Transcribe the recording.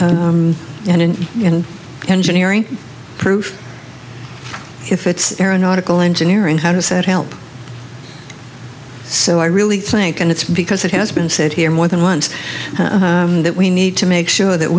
a in an engineering proof if it's aeronautical engineering how does that help so i really think and it's because it has been said here more than once that we need to make sure that